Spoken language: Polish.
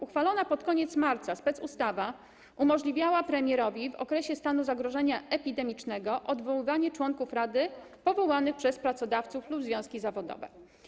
Uchwalona pod koniec marca specustawa umożliwiała premierowi w okresie stanu zagrożenia epidemicznego odwoływanie członków rady powołanych przez pracodawców lub związki zawodowe.